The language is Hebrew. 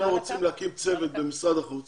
אנחנו רוצים להקים צוות במשרד החוץ